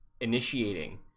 initiating